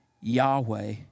Yahweh